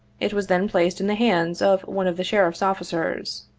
it was then placed in the hands of one of the sheriff's officers.